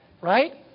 right